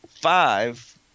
five